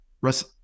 Russ